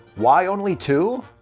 why only two?